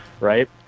right